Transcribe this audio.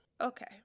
okay